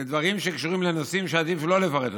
לדברים שקשורים לנושאים שעדיף שלא לפרט אותם,